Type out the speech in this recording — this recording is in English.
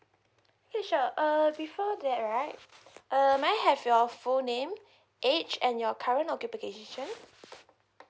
okay sure err before that right uh may I have your full name age and your current occupations